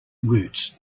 roots